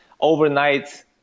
overnight